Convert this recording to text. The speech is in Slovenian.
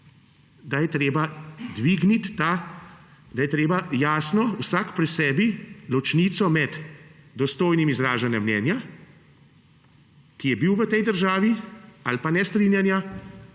da je treba dvigniti, jasno, vsak pri sebi, ločnico med dostojnim izražanjem mnenja, ki je bilo v tej državi, ali pa nestrinjanja.